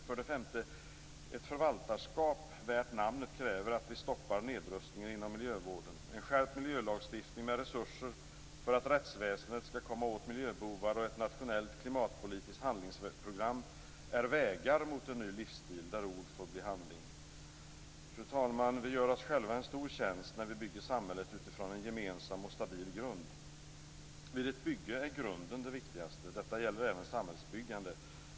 För det femte: Ett förvaltarskap värt namnet kräver att vi stoppar nedrustningen inom miljövården. En skärpt miljölagstiftning med resurser för att rättsväsendet skall komma åt miljöbovar och ett nationellt klimatpolitiskt handlingsprogram är vägar mot en ny livsstil där ord får bli handling. Fru talman! Vi gör oss själva en stor tjänst när vi bygger samhället utifrån en gemensam och stabil grund. Vid ett bygge är grunden det viktigaste. Detta gäller även samhällsbyggande.